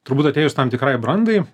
turbūt atėjus tam tikrai brandai